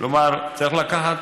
כלומר צריך לקחת